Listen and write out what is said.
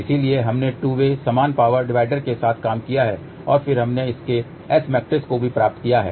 इसलिए हमने two way समान पावर डिवाइडर के साथ काम किया है और फिर हमने इसके S मैट्रिक्स को प्राप्त किया है